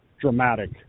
dramatic